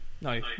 No